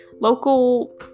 local